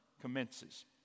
commences